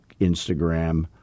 Instagram